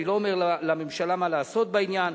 אני לא אומר לממשלה מה לעשות בעניין,